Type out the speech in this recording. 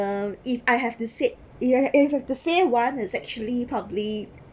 um if I have to say you you have to say one is actually probably